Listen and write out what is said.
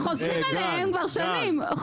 והם חוזרים עליהן כבר שנים.